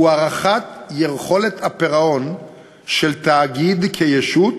הוא הערכת יכולת הפירעון של תאגיד כישות